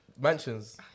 mansions